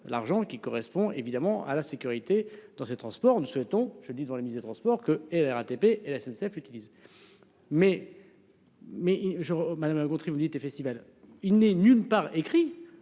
l'argent qui correspond évidemment à la sécurité dans ces transports, nous souhaitons je dis devant le ministre des Transports que et la RATP et la SNCF utilise. Mais. Mais je madame Gontrie vous dites et festivals il n'est nulle part écrit.